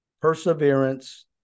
perseverance